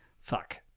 fuck